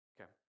okay